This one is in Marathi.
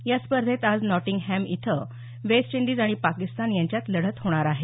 या स्पर्धेत आज नॉटिंगहॅम इथं वेस्ट इंडिज आणि पाकिस्तान यांच्यात लढत होणार आहे